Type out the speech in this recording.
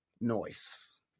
noise